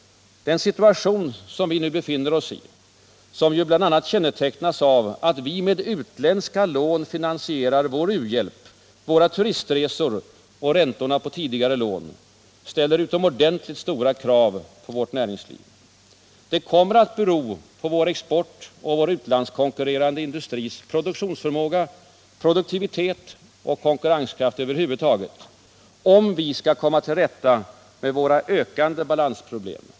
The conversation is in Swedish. Den situation som vi nu befinner oss i — som bl.a. kännetecknas av att vi med utländska lån finansierar vår u-hjälp, våra turistresor och räntorna på tidigare lån — ställer utomordentligt stora krav på vårt näringsliv. Det kommer att bero på vår exportoch utlandskonkurrerande industris produktionsförmåga, produktivitet och konkurrenskraft över huvud taget, om vi skall komma till rätta med våra ökande balansproblem.